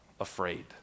afraid